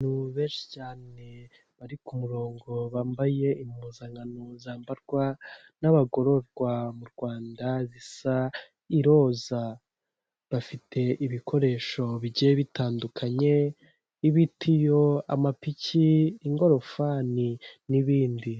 Abantu benshi cyane bari ku murongo bambaye impuzankano zambarwa n'abagororwa mu Rwanda zisa iroza, bafite ibikoresho bigiye bitandukanye, ibitiyo, amapiki, ingorofani n'ibindi.